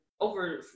over